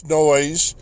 noise